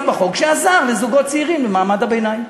בחוק שעזר לזוגות צעירים במעמד הביניים.